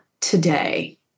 today